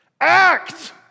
Act